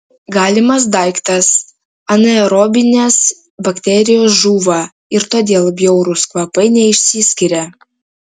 galimas daiktas anaerobinės bakterijos žūva ir todėl bjaurūs kvapai neišsiskiria